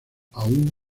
aún